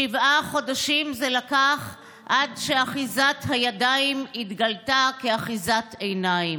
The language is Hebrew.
שבעה חודשים זה לקח עד שאחיזת הידיים התגלתה כאחיזת עיניים,